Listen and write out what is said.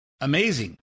Amazing